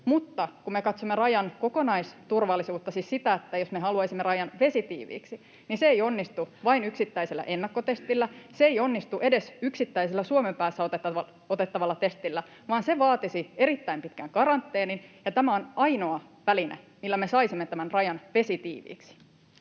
Mutta kun me katsomme rajan kokonaisturvallisuutta, siis sitä, että jos me haluaisimme rajan vesitiiviiksi, niin se ei onnistu vain yksittäisellä ennakkotestillä, se ei onnistu edes yksittäisellä Suomen päässä otettavalla testillä, vaan se vaatisi erittäin pitkän karanteenin. Tämä on ainoa väline, millä me saisimme rajan vesitiiviiksi.